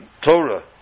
Torah